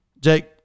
Jake